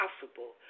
possible